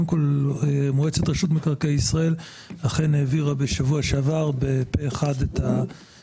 מועצת רשות מקרקעי ישראל אכן העבירה בשבוע שעבר את ההחלטה